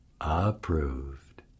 approved